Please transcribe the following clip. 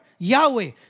Yahweh